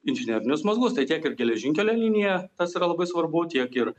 inžinerinius mazgus tai tiek ir geležinkelio linija tas yra labai svarbu tiek ir